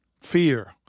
Fear